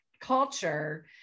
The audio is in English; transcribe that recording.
culture